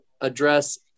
address